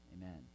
Amen